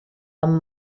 amb